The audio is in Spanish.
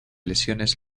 lesiones